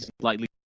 slightly